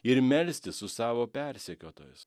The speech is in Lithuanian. ir melstis su savo persekiotojus